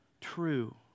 true